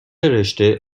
رشته